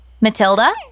Matilda